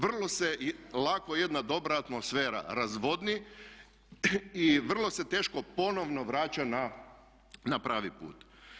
Vrlo se lako jedna dobra atmosfera razvodni i vrlo se teško ponovno vraća na pravi put.